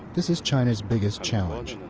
this is china's biggest challenge.